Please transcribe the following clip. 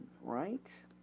right